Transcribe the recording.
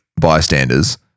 bystanders